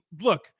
look